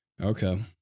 Okay